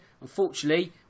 unfortunately